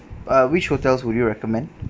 uh which hotels would you recommend